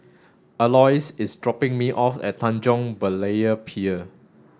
Aloys is dropping me off at Tanjong Berlayer Pier